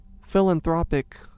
philanthropic